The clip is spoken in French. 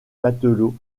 matelots